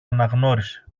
αναγνώρισε